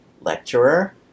lecturer